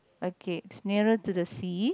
okay it's nearer to the sea